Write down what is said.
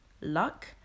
luck